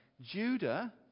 Judah